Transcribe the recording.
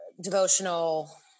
devotional